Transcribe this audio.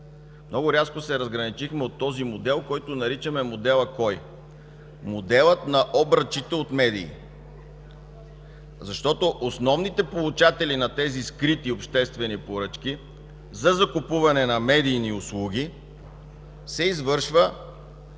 Рязко се разграничихме от модела, който наричаме модела „Кой?” – модела на обръчите от медии. Основните получатели на тези скрити обществени поръчки за закупуване на медийни услуги, това се извършва